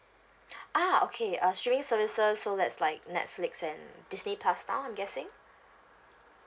ah okay uh streaming services so that's like netflix and disney plus now I'm guessing